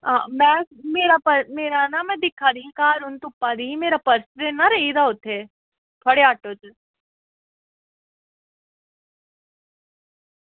हां में मेरा पर मेरा ना में दिक्खा दी ही घर हून तुप्पा दी ही मेरा पर्स ते नि ना रेही गेदा उत्थें थुआढ़े आटो च